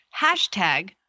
Hashtag